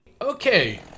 Okay